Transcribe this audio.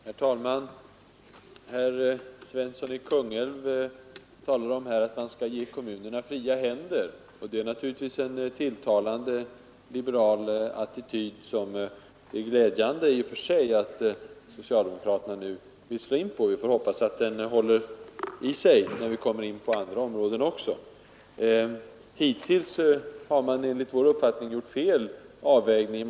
Herr talman! Herr Svensson i Kungälv talar om att man skall ge kommunerna fria händer. Det är naturligtvis en tilltalande liberal attityd, som är glädjande att möta hos socialdemokraterna. Vi får hoppas att den håller i sig, också när vi kommer in på andra områden. Hittills har man enligt vår uppfattning gjort fel avvägning.